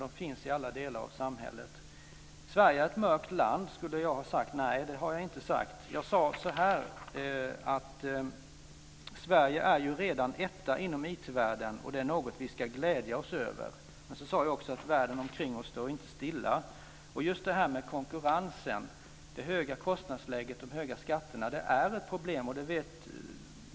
De finns i alla delar av samhället. Jag har inte sagt att Sverige är ett mörkt land. Jag sade att Sverige redan är etta inom IT-världen, och det är något vi ska glädja oss över. Jag sade också att världen omkring oss inte står stilla. Just det här med konkurrensen, det höga kostnadsläget och de höga skatterna är ett problem.